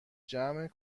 جمع